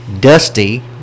Dusty